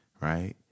right